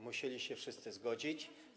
Musieli się wszyscy zgodzić.